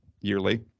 yearly